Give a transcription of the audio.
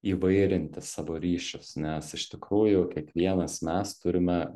įvairinti savo ryšius nes iš tikrųjų kiekvienas mes turime